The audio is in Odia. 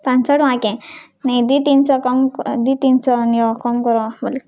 ପାଁଶ ଟଙ୍କା କେଁ ନାଇଁ ଦୁଇ ତିନ୍ ଶହ କମ୍ ଦୁଇ ତିନ୍ ଶହ ନିଅ କମ୍ କର ବୋଲି